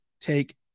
take